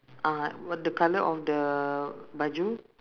(uh huh) what the colour of the baju